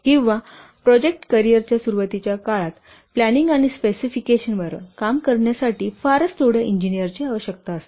किंवा प्रोजेक्ट कॅर्रीयरच्या सुरूवातीच्या काळात प्लांनिंग आणि स्पेसिफिकेशन वर काम करण्यासाठी फारच थोड्या इंजीनियर ची आवश्यकता आहे